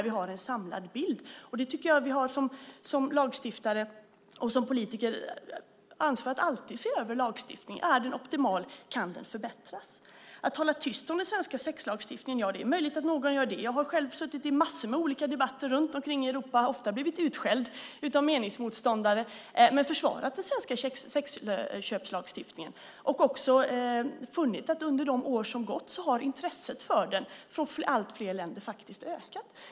Vi har som lagstiftare och politiker alltid ansvar att se över en lagstiftning. Är den optimal, kan den förbättras? Att hålla tyst om den svenska sexlagstiftningen - ja, det är möjligt att någon gör det. Jag har själv suttit i massor av olika debatter runt om i Europa och ofta blivit utskälld av meningsmotståndare men försvarat den svenska sexköpslagstiftningen. Jag har också funnit att intresset för den från allt fler länder har ökat under de år som gått.